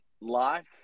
Life